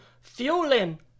fueling